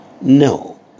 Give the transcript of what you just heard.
No